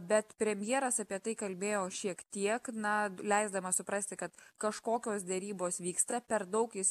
bet premjeras apie tai kalbėjo šiek tiek na leisdamas suprasti kad kažkokios derybos vyksta per daug jis